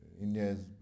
India's